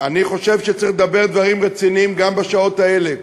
אני חושב שצריכים לדבר דברים רציניים גם בשעות האלה.